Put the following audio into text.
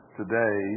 today